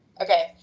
Okay